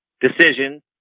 decision